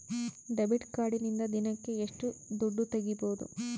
Debit ಕಾರ್ಡಿನಿಂದ ದಿನಕ್ಕ ಎಷ್ಟು ದುಡ್ಡು ತಗಿಬಹುದು?